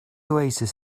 oasis